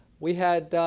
we had